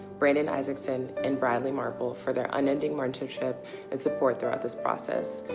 brandon isaacson, and bradley marple for their unending mentorship and support throughout this process.